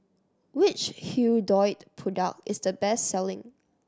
which Hirudoid product is the best selling